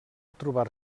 trobar